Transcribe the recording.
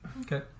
Okay